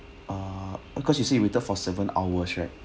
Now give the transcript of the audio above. ah because you see waited for seven hours right